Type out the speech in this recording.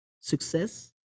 success